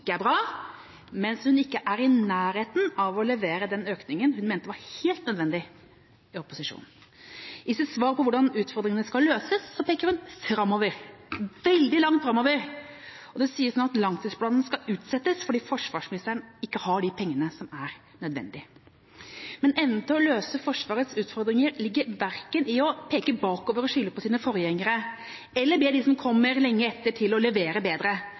ikke er bra, mens hun ikke er i nærheten av å levere den økningen hun i opposisjon mente var helt nødvendig. I sitt svar på hvordan utfordringene skal løses, peker hun framover – veldig langt framover – og det sies nå at langtidsplanen skal utsettes fordi forsvarsministeren ikke har de pengene som er nødvendig. Men evnen til å løse Forsvarets utfordringer ligger verken i å peke bakover og skylde på sine forgjengere eller å be dem som kommer lenge etter, om å levere bedre.